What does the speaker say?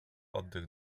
oddech